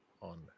on